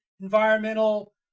environmental